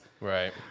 Right